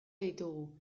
ditugu